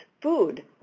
food